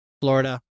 Florida